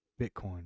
Bitcoin